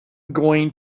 going